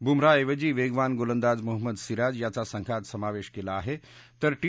बुमराहऐवजी वेगवान गोलंदाज मोहम्मद सिराज याचा संघात समावेश केला आहे तर टी